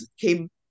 came